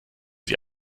sie